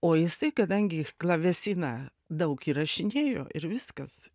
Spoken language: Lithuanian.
o jisai kadangi klavesiną daug įrašinėjo ir viskas